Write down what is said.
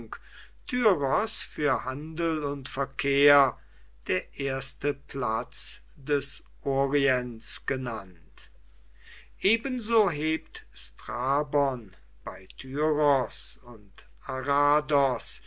für handel und verkehr der erste platz des orients genannt ebenso hebt strabon bei tyros und